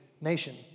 nation